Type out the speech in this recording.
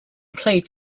placed